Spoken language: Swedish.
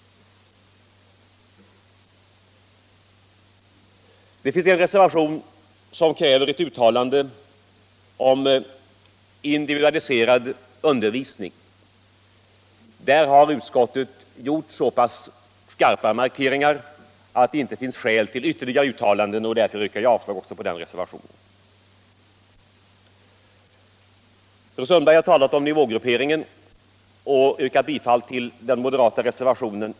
Vidare finns det en reservation där man kräver ett uttalande om individualiserad undervisning. Där har utskottet gjort så klara markeringar att det inte föreligger skäl för mig att nu göra några ytterligare uttalanden. Jag yrkar därför avslag även på den reservationen. Fru Sundberg talade om nivågrupperingen och yrkade då bifall till den moderata reservationen.